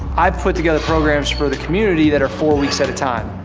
i put together programs for the community that are four weeks at a time.